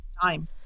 time